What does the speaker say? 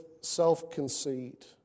self-conceit